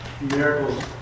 miracles